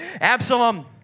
Absalom